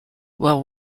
while